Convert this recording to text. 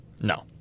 No